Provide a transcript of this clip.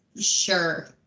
sure